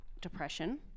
depression